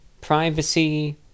privacy